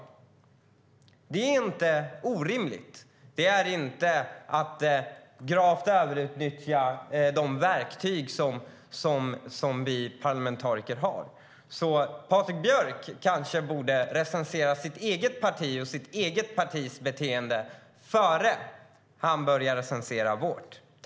Det är inte orimligt. Det är inte att gravt överutnyttja de verktyg som vi parlamentariker har.